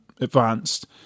advanced